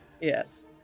Yes